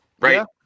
Right